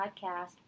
podcast